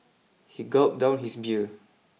he gulped down his beer